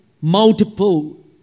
multiple